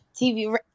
TV